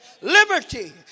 Liberty